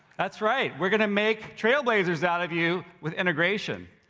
that's right, we're gonna make trailblazers out of you with integration,